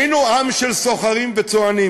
היינו עם של סוחרים וצוענים,